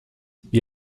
wie